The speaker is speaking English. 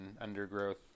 undergrowth